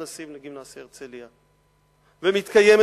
כי קציני צה"ל נכנסים לגימנסיה "הרצליה" ומתקיימת